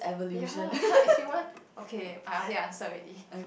ya ya it's human okay I already answer already